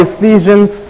Ephesians